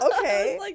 okay